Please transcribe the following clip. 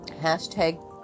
hashtag